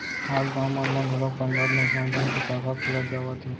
आज गाँव मन म घलोक पंजाब नेसनल बेंक के साखा खुलत जावत हे